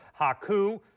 Haku